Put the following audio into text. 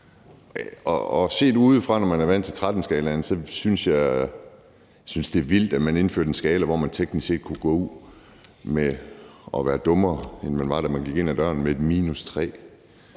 13-skalaen, og når man er vant til 13-skalaen, synes jeg, det er vildt, at man indførte en skala, hvor man teknisk set kunne gå ud og være dummere, end man var, da man gik ind ad døren, med et -3.